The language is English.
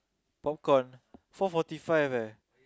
popcorn four forty five eh